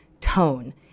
tone